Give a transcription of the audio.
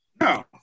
No